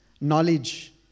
knowledge